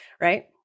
right